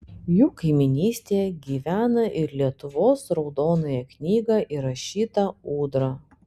jų kaimynystėje gyvena į lietuvos raudonąją knygą įrašyta ūdra